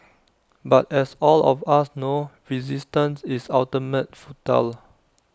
but as all of us know resistance is ultimately futile